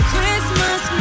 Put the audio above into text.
Christmas